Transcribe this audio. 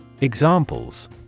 Examples